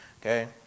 okay